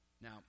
Now